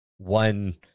one